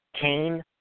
Kane